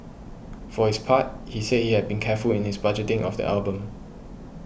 for his part he said he had been careful in his budgeting of the album